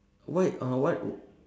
wait oh what